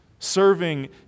serving